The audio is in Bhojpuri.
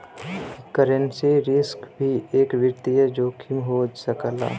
करेंसी रिस्क भी एक वित्तीय जोखिम हो सकला